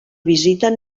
visiten